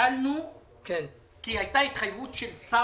דיברנו עם השר